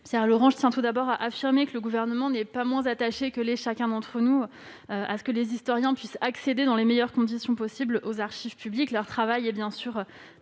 Pierre Laurent, je tiens tout d'abord à affirmer que le Gouvernement n'est pas moins attaché que chacun d'entre nous à ce que les historiens puissent accéder, dans les meilleures conditions possible, aux archives publiques. Leur travail est bien